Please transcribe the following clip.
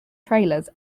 trailers